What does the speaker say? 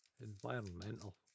environmental